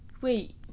Wait